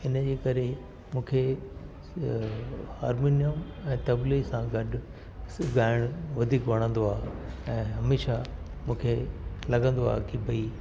हिन जे करे मूंखे हारमोनियम ऐं तबले सां गॾु ॻाइणु वधीक वणंदो आहे ऐं हमेशह मूंखे लॻंदो आहे की भई